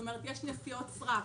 זאת אומרת יש נסיעות סרק.